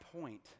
point